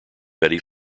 betty